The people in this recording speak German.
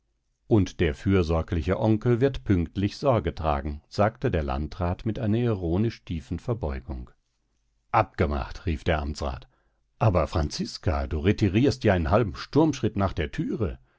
und der fürsorgliche onkel wird pünktlich sorge tragen sagte der landrat mit einer ironisch tiefen verbeugung abgemacht rief der amtsrat aber franziska du retirierst ja in halbem sturmschritt nach der thüre